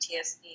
PTSD